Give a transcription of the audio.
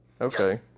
Okay